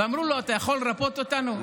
ושאלו: אתה יכול לרפא אותנו?